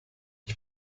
ich